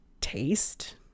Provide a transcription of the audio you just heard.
taste